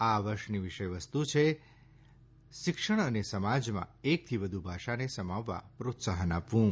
આ વર્ષની વિષય વસ્તુ છે શિક્ષણ અને સમાજમાં એકથી વધુ ભાષાને સમાવવા પ્રોત્સાહન આપવું